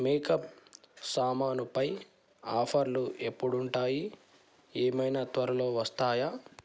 makeup సామానుపై ఆఫర్లు ఎప్పుడుంటాయి ఏమైనా త్వరలో వస్తాయా